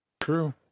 True